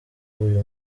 uyu